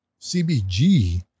CBG